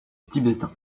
tibétain